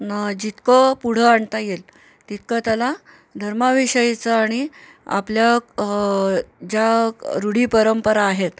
न जितकं पुढं आणता येईल तितकं त्याला धर्माविषयीचं आणि आपल्या ज्या रूढी परंपरा आहेत